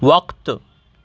وقت